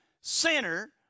sinner